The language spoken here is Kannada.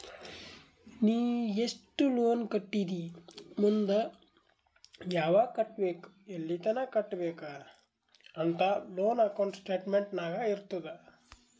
ನೀ ಎಸ್ಟ್ ಲೋನ್ ಕಟ್ಟಿದಿ ಮುಂದ್ ಯಾವಗ್ ಕಟ್ಟಬೇಕ್ ಎಲ್ಲಿತನ ಕಟ್ಟಬೇಕ ಅಂತ್ ಲೋನ್ ಅಕೌಂಟ್ ಸ್ಟೇಟ್ಮೆಂಟ್ ನಾಗ್ ಇರ್ತುದ್